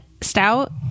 stout